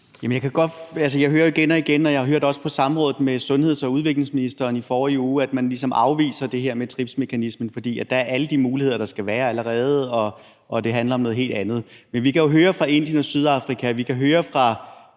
Jeg hører igen og igen, og jeg hørte også på samrådet med sundhedsministeren og med udviklingsministeren i forrige uge, at man ligesom afviser det her med TRIPS-mekanismen, fordi der allerede er alle de muligheder, der skal være, og at det handler om noget helt andet. Men vi kan jo høre fra Indien og Sydafrika, og vi kan høre fra